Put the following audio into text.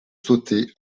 sauter